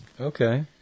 Okay